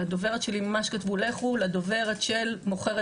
על הדוברת שלי ממש כתבו לכו לדוברת של מוכרת